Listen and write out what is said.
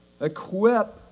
equip